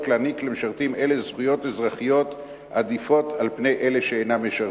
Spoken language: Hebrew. להעניק למשרתים אלה זכויות אזרחיות עדיפות על פני אלה שאינם משרתים.